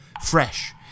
fresh